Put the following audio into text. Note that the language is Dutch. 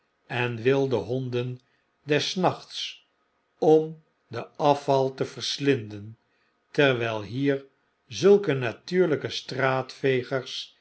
en wilde honden des nachts om den afval te verslinden terwyi hier zulke natuurlijke straatvegers